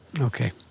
Okay